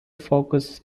focus